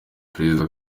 perezida